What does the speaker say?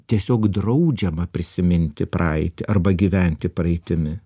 tiesiog draudžiama prisiminti praeitį arba gyventi praeitimi